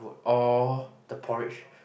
or the porridge